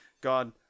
God